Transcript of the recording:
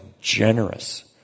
generous